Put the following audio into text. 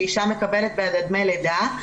שאישה מקבלת דמי לידה,